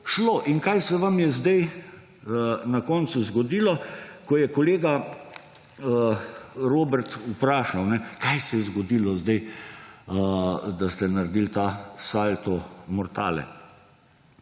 šlo. In kaj se vam je sedaj na koncu zgodilo? Ko je kolega Robert vprašal, kaj se je zgodilo sedaj, da ste naredili sedaj ta salto mortale?